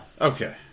Okay